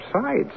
sides